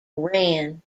wren